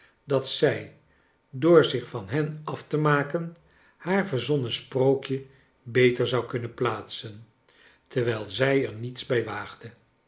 dat zij door zich van hen af te maken haar verzonnen sprookje beter zou kunnen plaatsen terwijl zij er niets bij waagde